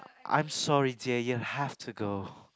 I'm sorry dear you have to go